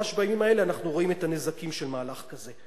ממש בימים האלה אנחנו רואים את הנזקים של מהלך כזה.